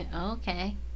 Okay